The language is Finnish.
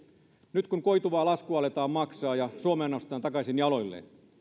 nyt kun koituvaa laskua aletaan maksaa ja suomea nostetaan takaisin jaloilleen